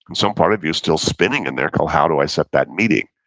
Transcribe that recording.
and some part of you is still spinning in there. oh, how do i set that meeting,